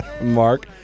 Mark